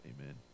Amen